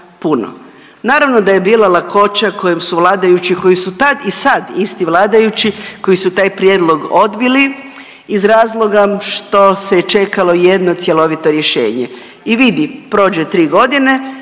Naravno da je bilo lakoće kojom su vladajući koji su tad i sad isti vladajući koji su taj prijedlog odbili iz razloga što se je čekalo jedno cjelovito rješenje. I vidi prođe 3.g.